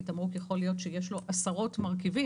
כי תמרוק יכול להיות שיש לו עשרות מרכיבים,